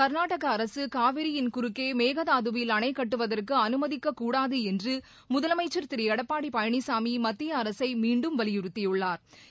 கர்நாடக அரசு காவிரியின் குறக்கே மேகதாது வில் அணைக்கட்டுவதற்கு அனுமதிக்கக்கூடாது என்று முதலமைச்சள் திரு எடப்பாடி பழனிசாமி மத்திய அரசை மீண்டும் வலியுறுத்தியுள்ளாா்